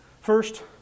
First